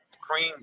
Cream